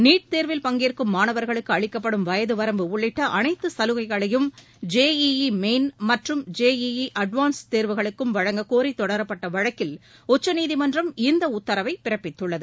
NEET தேர்வில் பங்கேற்கும் மாணவர்களுக்கு அளிக்கப்படும் வயது வரம்பு உள்ளிட்ட அனைத்து சலுகைகளையும் ஜே இ இ மெயின் மற்றும் ஜே இ இ அட்வான்சுடு தேர்வுக்கும் வழக்கக்கோரி தொடரப்பட்ட வழக்கில் உச்சநீதிமன்றம் இந்த உத்தரவை பிறப்பித்துள்ளது